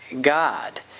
God